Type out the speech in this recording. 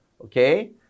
okay